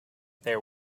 there